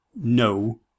no